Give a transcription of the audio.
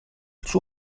suo